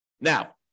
Now